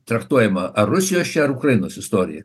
traktuojama ar rusijos čia ar ukrainos istorija